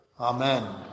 Amen